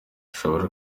ashobora